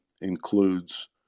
includes